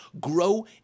grow